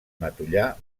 matollar